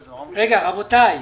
רבותיי.